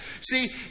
See